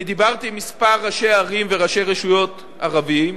אני דיברתי עם כמה ראשי ערים וראשי רשויות ערבים,